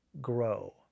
grow